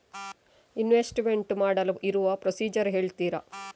Investment ಮಾಡಲು ಇರುವ procedure ಹೇಳ್ತೀರಾ?